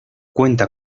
cuenta